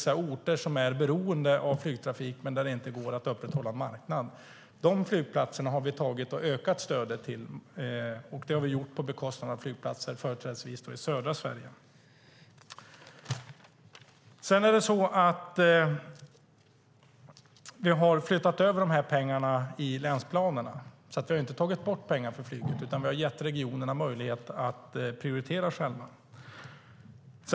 På orter som är beroende av flygtrafik men där det inte går att upprätthålla en marknad har vi gett flygplatserna ökat stöd, och det har vi gjort på bekostnad av flygplatser företrädesvis i södra Sverige. Sedan är det så att vi har flyttat över de här pengarna i länsplanerna. Vi har alltså inte tagit bort pengar för flyget, utan vi har gett regionerna möjlighet att prioritera själva.